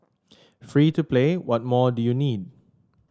free to play what more do you need